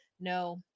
No